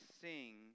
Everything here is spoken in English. sing